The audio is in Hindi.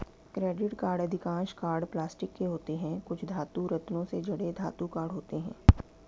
क्रेडिट कार्ड अधिकांश कार्ड प्लास्टिक के होते हैं, कुछ धातु, रत्नों से जड़े धातु कार्ड होते हैं